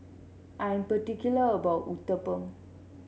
I'm particular about my Uthapam